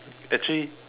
actually